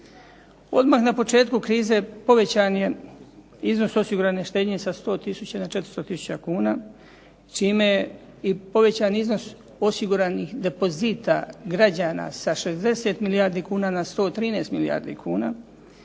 Odmah na početku krize povećan je iznos osigurane štednje sa 100 tisuća na 400 tisuća kuna čime je i povećan iznos osiguranih depozita građana sa 60 milijardi kuna na 113 milijardi kuna,